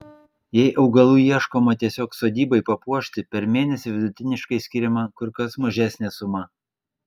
jei augalų ieškoma tiesiog sodybai papuošti per mėnesį vidutiniškai skiriama kur kas mažesnė suma